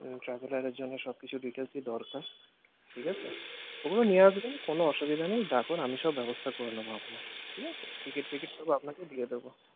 ট্রাভেলারের জন্যে সবকিছু ডিটেলসই দরকার ঠিক আছে ওগুলো নিয়ে আসবেন কোনো অসুবিধা নেই তারপর আমি সব ব্যবস্থা করে নেবো আপনার ঠিক আছে টিকিট ফিকিট সব আপনাকে দিয়ে দেবো